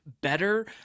better